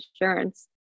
insurance